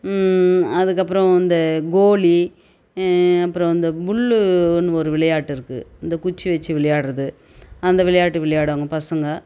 அதுக்கு அப்புறம் இந்த கோலி அப்புறம் இந்த புல்லுனு ஒரு விளையாட்டு இருக்குது இந்த குச்சி வச்சு விளையாடுறது அந்த விளையாட்டு விளையாடுவாங்க பசங்க